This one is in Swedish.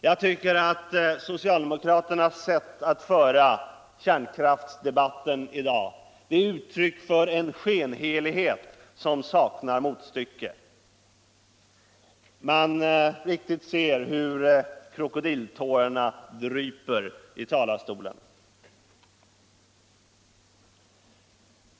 Jag tycker att socialdemokraternas sätt att föra kärnkraftsdebatten i dag är uttryck för en skenhelighet som saknar motstycke. Man niktigt ser hur krokodiltårarna dryper i talarstolen.